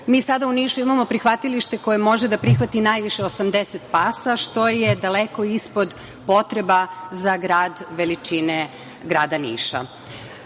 Mi sada u Nišu imamo prihvatilište koje može da primi najviše 80 pasa, što je daleko ispod potreba za grad veličine grada Niša.U